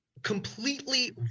completely